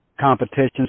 competitions